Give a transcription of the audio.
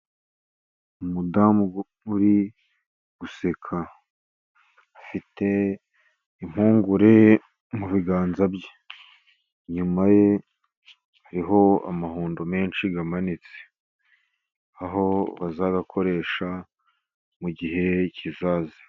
Umudamu uri guseka, afite impungure mu biganza bye. Inyuma ye hariho amahundo menshi amanitse, aho bazayakoresha mu gihe kizaza.